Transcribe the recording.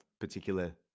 particular